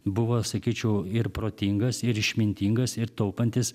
buvo sakyčiau ir protingas ir išmintingas ir taupantis